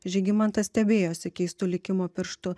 žygimantas stebėjosi keistu likimo pirštu